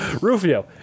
Rufio